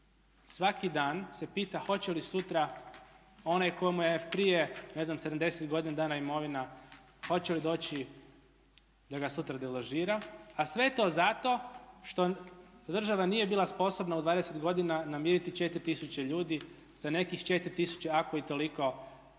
svaki dan se pita hoće li sutra onaj tko mu je prije ne znam 70 godina dana imovina hoće li doći da ga sutra deložira, a sve to zato što država nije bila sposobna u 20 godina namiriti 4000 ljudi za nekih 4000 ako i toliko